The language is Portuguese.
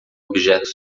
objeto